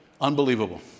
Unbelievable